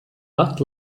but